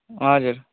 हजुर